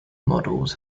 models